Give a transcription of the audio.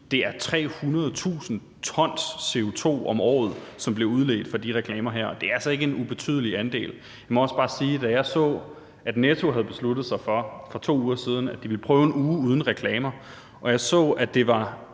det er 300.000 t CO2 om året, som bliver udledt fra de her reklamer, og det er altså ikke en ubetydelig andel. Jeg må også bare sige, at da jeg så, at Netto havde besluttet sig for for 2 uger siden, at de ville prøve en uge uden reklamer, og jeg så, at det var